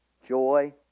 Joy